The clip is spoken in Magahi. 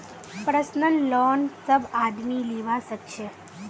पर्सनल लोन सब आदमी लीबा सखछे